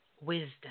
Wisdom